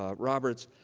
ah roberts.